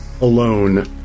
alone